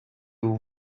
vous